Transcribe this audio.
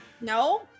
No